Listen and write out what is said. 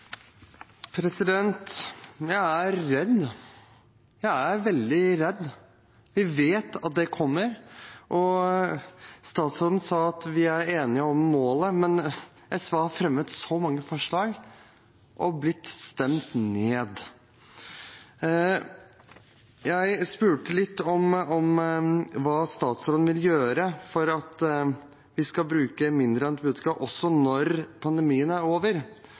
Jeg er redd. Jeg er veldig redd. Vi vet at det kommer. Statsråden sa at vi er enige om målet, men SV har fremmet mange forslag og blitt stemt ned. Jeg spurte litt om hva statsråden vil gjøre for at vi skal bruke mindre antibiotika også når pandemien er over.